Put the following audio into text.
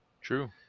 true